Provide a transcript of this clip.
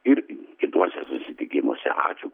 ir kituose susitikimuose ačiū